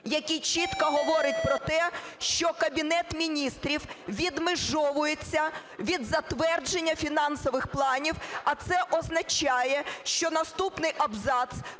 який чітко говорить про те, що Кабінет Міністрів відмежовується від затвердження фінансових планів, а це означає, що наступний абзац